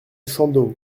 chandos